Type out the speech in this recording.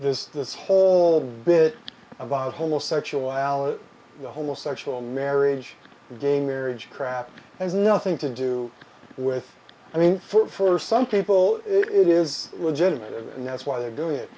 there's this whole bit about homosexuality the homosexual marriage gay marriage crap has nothing to do with i mean for some people it is legitimate and that's why they're doing it